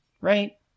right